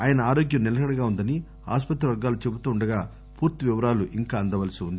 ఆయన ఆరోగ్యం నిలకడగా ఉందని ఆస్పత్రి వర్గాలు చెబుతుండగా పూర్తి వివరాలు అందాల్పి ఉంది